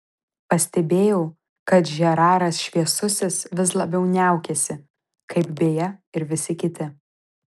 pastebėjau kad žeraras šviesusis vis labiau niaukiasi kaip beje ir visi kiti